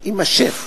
שיימשך.